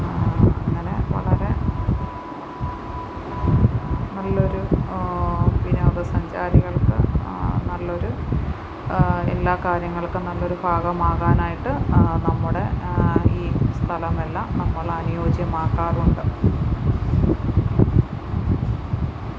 അങ്ങനെ വളരെ നല്ലൊരു വിനോദസഞ്ചാരികൾക്ക് നല്ലൊരു എല്ലാ കാര്യങ്ങൾക്കും നല്ലൊരു ഭാഗമാകാനായിട്ട് നമ്മുടെ ഈ സ്ഥലം എല്ലാം നമ്മൾ അനുയോജ്യം ആക്കാറുണ്ട്